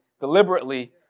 deliberately